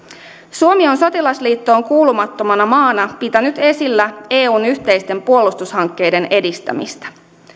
suomi on sotilasliittoon kuulumattomana maana pitänyt esillä eun yhteisten puolustushankkeiden edistämistä